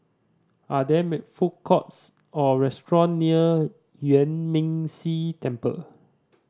are there food courts or restaurant near Yuan Ming Si Temple